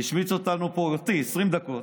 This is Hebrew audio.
הוא השמיץ אותי פה 20 דקות,